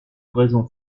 oraison